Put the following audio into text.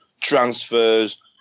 transfers